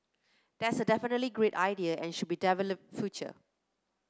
that's definitely a great idea and should be developed future